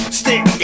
stick